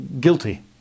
guilty